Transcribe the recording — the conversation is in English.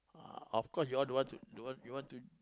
ah of course you're don't want to don't want don't want to